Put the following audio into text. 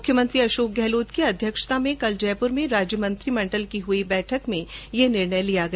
मुख्यमंत्री अशोक गहलोत की अध्यक्षता में कल जयपूर में राज्य मंत्रिमंडल की बैठक में यह निर्णय लिया गया